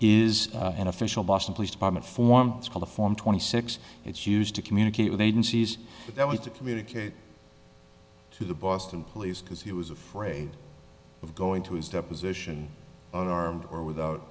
is an official boston police department form it's called a form twenty six it's used to communicate with agencies that we to communicate to the boston police because he was afraid of going to his deposition or or without